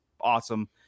awesome